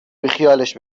بیخیالش